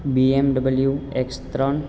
BMW X ત્રણ